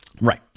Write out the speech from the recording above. Right